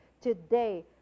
Today